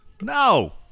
No